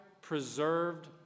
preserved